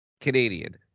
Canadian